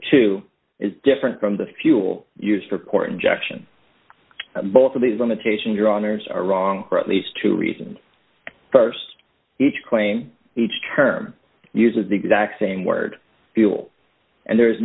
two is different from the fuel used for court injection both of these limitations on errors are wrong for at least two reasons st each claim each term uses the exact same word fuel and there